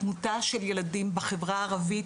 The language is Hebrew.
התמותה של ילדים בחברה הערבית,